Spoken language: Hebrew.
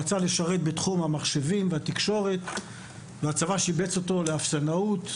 רצה לשרת בתחום המחשבים והתקשורת והצבא שיבץ אותו לאפסנאות,